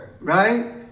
Right